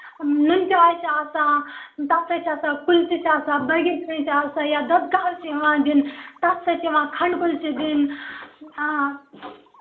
نُنہٕ چاے چھِ آسان تَتھ سۭتۍ چھِ آسان کُلچہِ چھِ آسان بٲکِرخٲنۍ چھِ آسان یا دۄدٕ کَہوٕ چھُ یِوان دِنہٕ تَتھ سۭتۍ چھِ یوان کھَنٛڈٕ کُلچہِ دِنہٕ آ